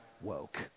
woke